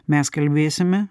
mes kalbėsime